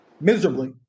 Miserably